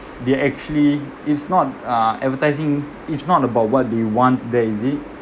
they're actually it's not uh advertising it's not about what do you want that is it